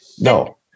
no